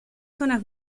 zonas